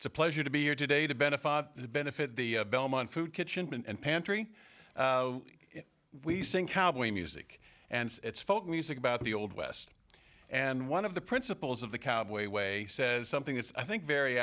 it's a pleasure to be here today to benefit the benefit of the belmont food kitchen and pantry we sing cowboy music and it's folk music about the old west and one of the principles of the cowboy way says something that's i think very